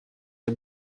les